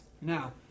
Now